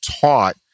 taught